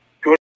good